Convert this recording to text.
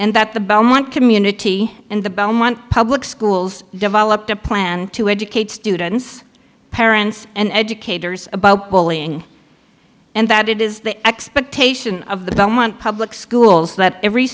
and that the belmont community and the belmont public schools developed a plan to educate students parents and educators about bullying and that it is the expectation of the belmont public schools that every